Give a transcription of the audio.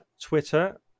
Twitter